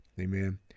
Amen